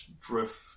drift